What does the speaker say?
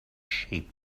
sheep